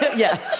yeah.